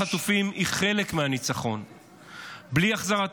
אתם מעלים את המחיר של העסקאות.